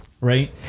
right